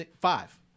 Five